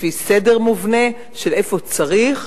לפי סדר מובנה של איפה צריך,